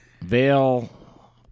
Vale